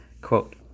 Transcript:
Quote